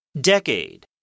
Decade